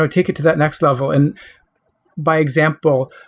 ah take it to that next level. and by example,